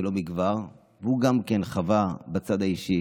ולא מכבר, והוא גם חווה בצד האישי